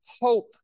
hope